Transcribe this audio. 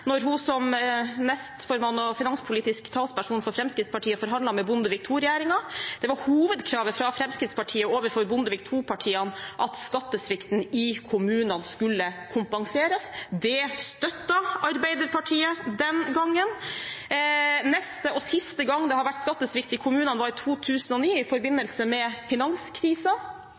hun som nestformann og finanspolitisk talsperson for Fremskrittspartiet forhandlet med Bondevik II-regjeringen. Hovedkravet fra Fremskrittspartiet overfor Bondevik II-partiene var at skattesvikten i kommunene skulle kompenseres. Det støttet Arbeiderpartiet den gangen. Neste og siste gang det har vært skattesvikt i kommunene, var i 2009 i forbindelse med